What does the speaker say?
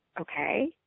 okay